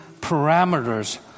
parameters